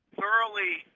thoroughly